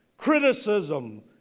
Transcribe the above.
Criticism